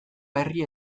herri